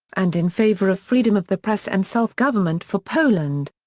and in favour of freedom of the press and self-government for poland.